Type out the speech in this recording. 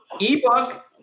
ebook